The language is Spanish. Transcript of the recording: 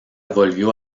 volvió